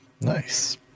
nice